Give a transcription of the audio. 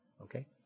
Okay